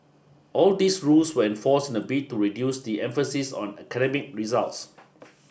all these rules were enforced in a bid to reduce the emphasis on academic results